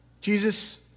Jesus